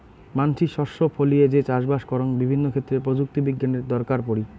মানসি শস্য ফলিয়ে যে চাষবাস করং বিভিন্ন ক্ষেত্রে প্রযুক্তি বিজ্ঞানের দরকার পড়ি